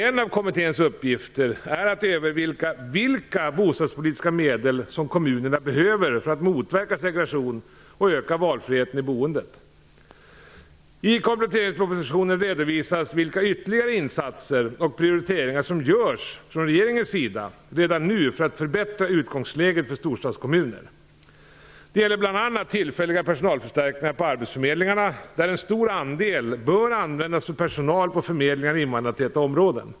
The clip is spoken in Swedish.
En av kommitténs uppgifter är att överväga vilka bostadspolitiska medel som kommunerna behöver för att motverka segregation och öka valfriheten i boendet. I kompletteringspropositionen redovisas vilka ytterligare insatser och prioriteringar som görs från regeringens sida redan nu för att förbättra utgångsläget för storstadskommuner. Det gäller bl.a. tillfälliga personalförstärkningar på arbetsförmedlingarna där en stor andel bör användas för personal på förmedlingar i invandrartäta områden.